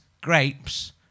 grapes